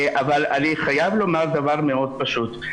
אבל אני חייב לומר דבר מאוד פשוט.